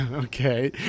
Okay